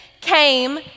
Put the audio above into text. came